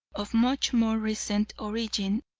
of much more recent origin,